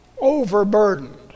overburdened